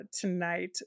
tonight